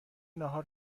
ناهار